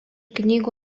knygų